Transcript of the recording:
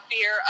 fear